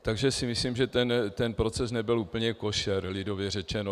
Takže si myslím, že ten proces nebyl úplně košer, lidově řečeno.